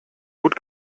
gut